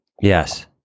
Yes